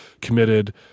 committed